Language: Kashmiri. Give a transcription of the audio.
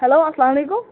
ہٮ۪لو السلام علیکُم